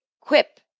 Quip